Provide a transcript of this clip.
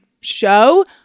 show